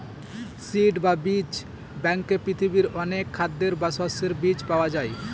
seed বা বীজ ব্যাঙ্কে পৃথিবীর অনেক খাদ্যের বা শস্যের বীজ পাওয়া যায়